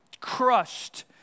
crushed